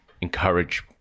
encourage